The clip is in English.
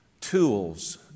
tools